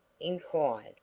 inquired